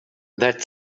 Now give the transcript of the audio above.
that